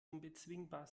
unbezwingbar